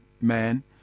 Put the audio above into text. man